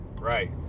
right